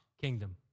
kingdom